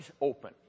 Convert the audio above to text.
open